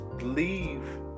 leave